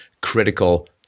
critical